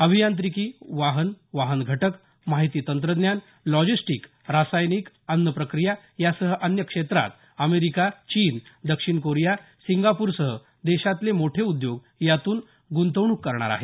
अभियांत्रिकी वाहन वाहन घटक माहिती तंत्रज्ञान लॉजिस्टिक रासायनिक अन्न प्रकिया यासह अन्य क्षेत्रात अमेरिका चीन दक्षिण कोरिया सिंगापूरसह देशातले मोठे उद्योग यातून गुंतवणूक करणार आहेत